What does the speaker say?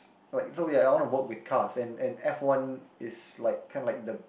like so ya I want to work with cars and and f-one is like kinda like the